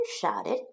shouted